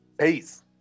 Peace